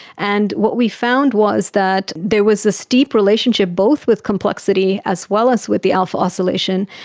and what we found was that there was a steep relationship both with complexity as well as with the alpha oscillation,